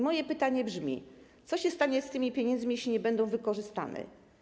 Moje pytanie brzmi: Co się stanie z tymi pieniędzmi, jeśli nie zostaną wykorzystane?